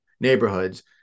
neighborhoods